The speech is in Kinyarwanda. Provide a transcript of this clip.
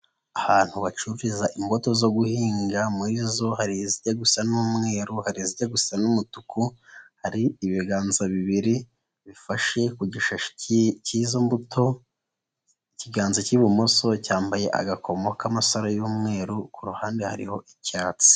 Ahantu bacururiza imbuto zo guhinga muri zo hari izijya gusa n'umweru, hari izijya gusa n'umutuku, hari ibiganza bibiri bifashe ku gishashi cy'izo mbuto, ikiganza cy'ibumoso cyambaye agakomo k'amasaro y'umweru, ku ruhande hariho icyatsi.